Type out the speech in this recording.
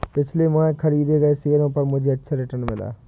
पिछले माह खरीदे गए शेयरों पर मुझे अच्छा रिटर्न मिला